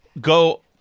go